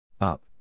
Up